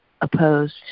opposed